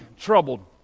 troubled